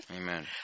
Amen